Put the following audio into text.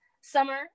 Summer